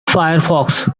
firefox